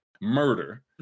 murder